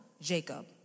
Jacob